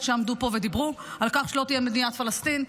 שעמדו פה ודיברו על כך שלא תהיה מדינת פלסטין.